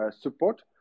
support